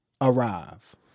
arrive